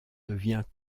devient